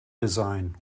design